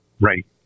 Right